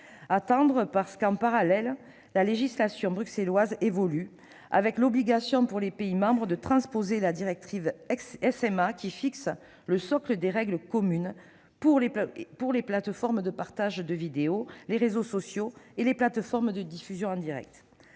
ensuite, parce qu'en parallèle la législation bruxelloise évolue, avec l'obligation pour les pays membres de transposer la directive Service des médias audiovisuels (SMA), qui fixe le socle de règles communes pour les plateformes de partage de vidéos, les réseaux sociaux et les plateformes de diffusion en direct.